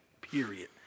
Period